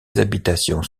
habitations